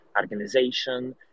organization